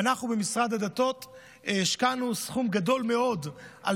ואנחנו במשרד הדתות השקענו סכום גדול מאוד על